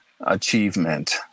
achievement